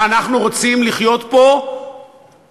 ואנחנו רוצים לחיות פה בשקט,